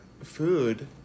food